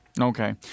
Okay